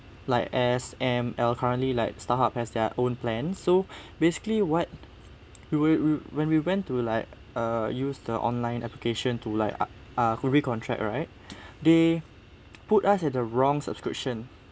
like S_M_L currently like StarHub has their own plan so basically what we will we when we went to like uh use the online application to like ah to recontract right they put us at the wrong subscription